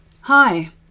Hi